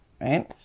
right